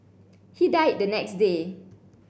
he died the next day